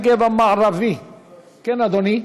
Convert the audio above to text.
כן, אדוני?